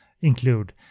include